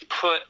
put